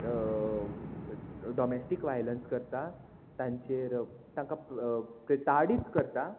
domestic violence करता तांचेर तांकां तडीत करता